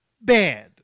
bad